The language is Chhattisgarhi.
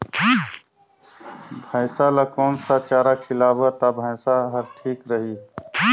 भैसा ला कोन सा चारा खिलाबो ता भैंसा हर ठीक रही?